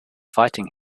fighting